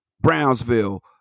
Brownsville